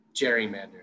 gerrymandering